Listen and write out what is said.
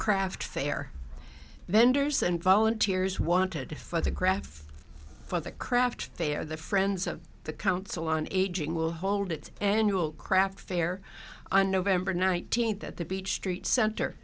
craft fair bender's and volunteers wanted to photograph for the craft fair the friends of the council on aging will hold its annual craft fair on nov nineteenth at the beach street center